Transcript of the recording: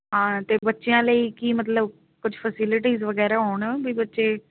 ਹਾਂ ਅਤੇ ਬੱਚਿਆਂ ਲਈ ਕੀ ਮਤਲਬ ਕੁਛ ਫਸੀਲੀਟੀਜ਼ ਵਗੈਰਾ ਹੋਣ ਬਈ ਬੱਚੇ